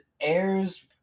airs